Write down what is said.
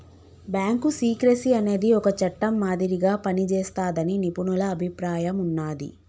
bank secrecy అనేది ఒక చట్టం మాదిరిగా పనిజేస్తాదని నిపుణుల అభిప్రాయం ఉన్నాది